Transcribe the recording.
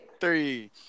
Three